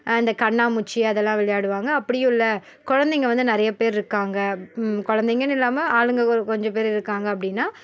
இந்த கண்ணாம்மூச்சி அதெல்லாம் விளையாடுவாங்க அப்படியும் இல்லை குழந்தைங்கள் வந்து நிறையப் பேர் இருக்காங்க அப் குழந்தைங்கனு இல்லாமல் ஆளுங்க ஒரு கொஞ்சப் பேர் இருக்காங்க அப்படினா